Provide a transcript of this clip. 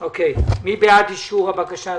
מי בעד אישור הבקשה?